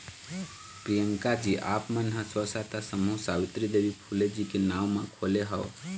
प्रियंकाजी आप मन ह स्व सहायता समूह सावित्री देवी फूले जी के नांव म खोले हव